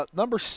number